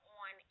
on